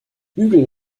bügel